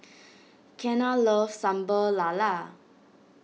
Kenna loves Sambal Lala